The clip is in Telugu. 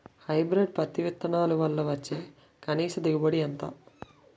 హైబ్రిడ్ పత్తి విత్తనాలు వల్ల వచ్చే కనీస దిగుబడి ఎంత?